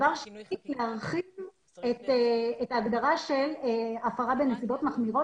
דבר שני זה להרחיב את ההגדרה של הפרה בנסיבות מחמירות